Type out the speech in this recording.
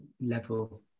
level